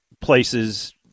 places